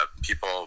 people